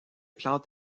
plantes